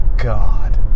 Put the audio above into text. God